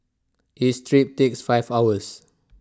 each trip takes five hours